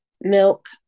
milk